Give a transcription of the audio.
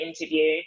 interview